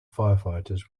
firefighters